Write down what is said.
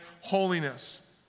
holiness